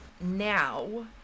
now